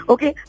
Okay